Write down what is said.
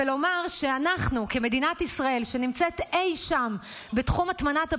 ולומר שאנחנו כמדינת ישראל שנמצאת אי שם בתחום הטמנת הפסולת,